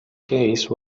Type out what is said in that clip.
case